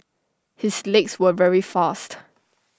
his legs were very fast